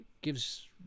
gives